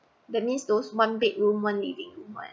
that means those one bedroom one living room [one]